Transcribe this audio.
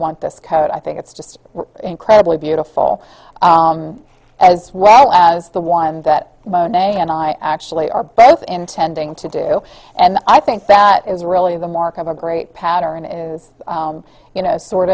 want this code i think it's just incredibly beautiful as well as the one that monet and i actually are both intending to do and i think that is really the mark of a great pattern you know sort